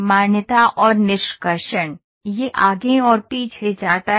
मान्यता और निष्कर्षण यह आगे और पीछे जाता है